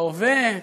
בהווה,